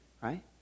right